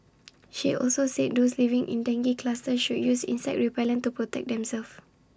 she also said those living in dengue clusters should use insect repellent to protect themselves